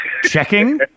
checking